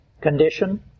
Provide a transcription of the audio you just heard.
condition